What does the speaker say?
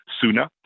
sooner